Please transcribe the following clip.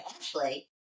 Ashley